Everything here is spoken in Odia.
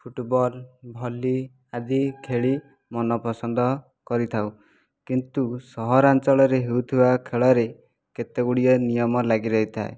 ଫୁଟବଲ୍ ଭଲି ଆଦି ଖେଳି ମନ ପସନ୍ଦ କରିଥାଉ କିନ୍ତୁ ସହରାଞ୍ଚଳରେ ହେଉଥିବା ଖେଳରେ କେତେ ଗୁଡ଼ିଏ ନିୟମ ଲାଗି ରହିଥାଏ